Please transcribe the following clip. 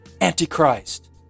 antichrist